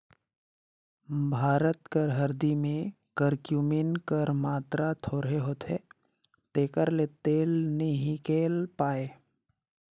भारत कर हरदी में करक्यूमिन कर मातरा थोरहें होथे तेकर ले तेल नी हिंकेल पाए